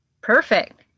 Perfect